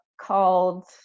called